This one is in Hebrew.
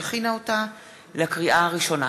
שהכינה אותה לקריאה הראשונה.